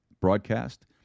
broadcast